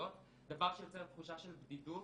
דבר שיוצר תחושה של בדידות,